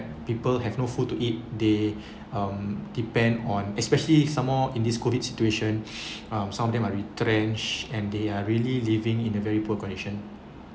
people have no food to eat they um depend on especially some more in this COVID situation uh some of them are retrenched and they are really living in a very poor condition